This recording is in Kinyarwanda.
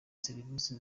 serivise